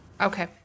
okay